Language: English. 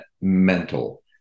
mental